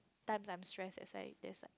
times I'm stresses that's why